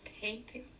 painting